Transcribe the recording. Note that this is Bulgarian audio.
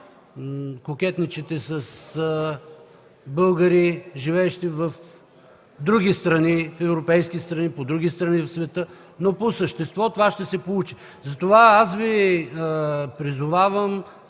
кокетничите с българи, живеещи в европейски страни, по други страни в света, но по същество това ще се получи. Аз Ви призовавам